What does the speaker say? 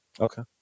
Okay